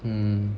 mm